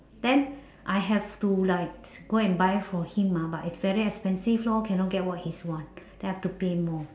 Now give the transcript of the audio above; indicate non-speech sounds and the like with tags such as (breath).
then (breath) I have to like (noise) go and buy for him ah but it's very expensive lor cannot get what he's want (noise) then I have to pay more